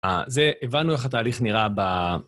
אה, זה, הבנו איך התהליך נראה ב...